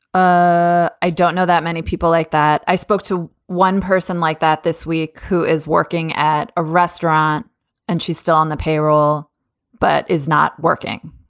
ah i don't know that many people like that. i spoke to one person like that this week who is working at a restaurant and she's still on the payroll but is not working.